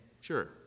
sure